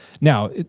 Now